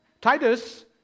titus